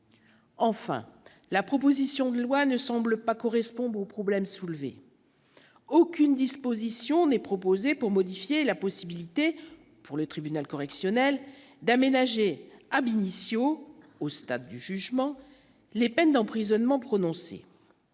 Enfin, la proposition de loi ne semble pas correspondre au problème soulevé aucune disposition n'est proposée pour modifier la possibilité pour le tribunal correctionnel d'aménager à Benicio au stade du jugement, les peines d'emprisonnement prononcée